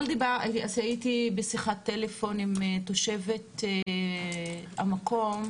הייתי בשיחת טלפון עם תושבת המקום,